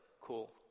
cool